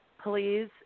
please